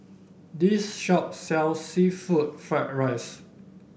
this shop sells seafood Fried Rice